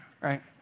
right